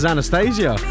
Anastasia